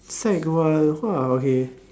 sec one !wah! okay